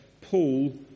Paul